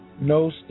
No